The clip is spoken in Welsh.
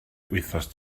wythnos